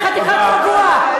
יא חתיכת צבוע.